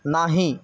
नाही